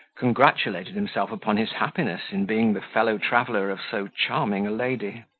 congratulated himself upon his happiness, in being the fellow-traveller of so charming a lady.